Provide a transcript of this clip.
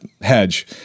hedge